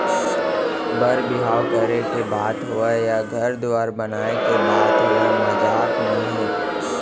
बर बिहाव करे के बात होवय या घर दुवार बनाए के बात होवय मजाक नोहे